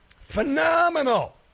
Phenomenal